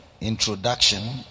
introduction